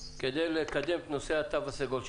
כדי לקדם את נושא התו הסגול שלכם.